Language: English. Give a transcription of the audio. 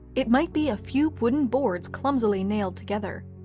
it might be a few wooden boards clumsily nailed together,